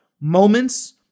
moments